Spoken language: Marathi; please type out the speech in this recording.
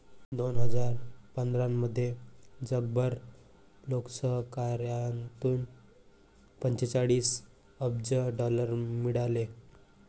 दोन हजार पंधरामध्ये जगभर लोकसहकार्यातून पंचेचाळीस अब्ज डॉलर मिळाले